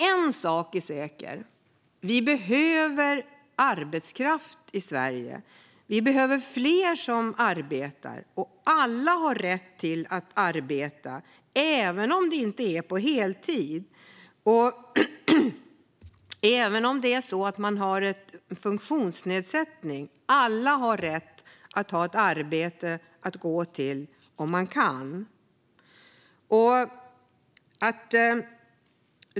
En sak är säker. Vi behöver arbetskraft i Sverige och fler som arbetar. Alla har rätt att arbeta, även om det inte är på heltid. Även om man har en funktionsnedsättning har man rätt att arbeta om man kan.